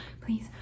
please